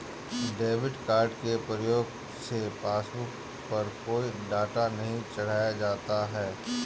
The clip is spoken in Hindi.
डेबिट कार्ड के प्रयोग से पासबुक पर कोई डाटा नहीं चढ़ाया गया है